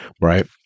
right